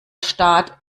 staat